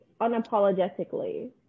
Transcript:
unapologetically